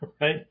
right